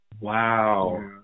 Wow